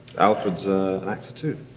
alfred's an actor too.